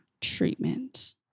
treatment